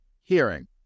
hearing